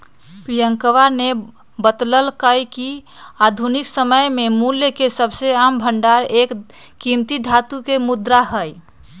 प्रियंकवा ने बतल्ल कय कि आधुनिक समय में मूल्य के सबसे आम भंडार एक कीमती धातु के मुद्रा हई